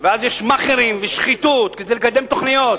ואז יש מאכערים ושחיתות כדי לקדם תוכניות.